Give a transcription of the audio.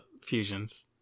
fusions